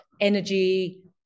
energy